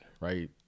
right